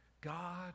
God